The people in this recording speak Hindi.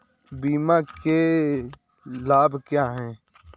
बीमा के लाभ क्या हैं?